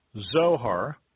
Zohar